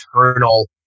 eternal